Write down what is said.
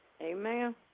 Amen